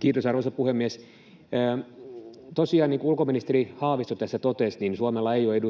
Kiitos, arvoisa puhemies! Tosiaan, niin kuin ulkoministeri Haavisto tässä totesi, Suomella ei ole